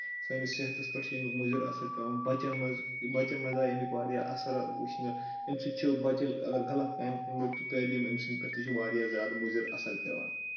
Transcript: سٲنِس صحتَس پؠٹھ چھِ اَمیُک مُضِر اَثَر پیٚوان بَچَن منٛز بَچَن منٛز آیہِ اَمیُک واریاہ اَثَر وٕچھنہٕ اَمہِ سۭتۍ چھُ بَچَہٕ اگر غلط کامہِ کُن لوٚگ تہٕ تعلیٖم أمہِ سٕنٛدۍ پؠٹھ تہِ چھُ واریاہ زیادٕ مُضِر اَثَر پیٚوان